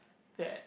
that